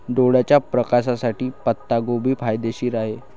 डोळ्याच्या प्रकाशासाठी पत्ताकोबी फायदेशीर आहे